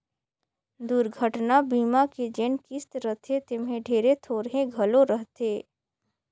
दुरघटना बीमा के जेन किस्त रथे तेम्हे ढेरे थोरहें घलो रहथे